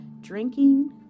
drinking